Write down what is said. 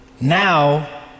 now